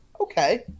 Okay